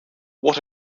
what